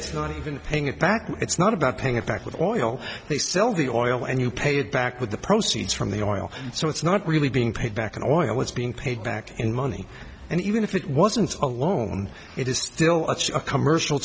it's not even paying it back it's not about paying it back with oil they sell the oil and you paid back with the proceeds from the oil so it's not really being paid back and oil was being paid back in money and even if it wasn't alone it is still a commercial